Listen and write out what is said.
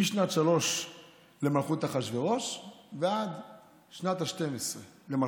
משנת 3 למלכות אחשוורוש ועד שנת ה-12 למלכותו.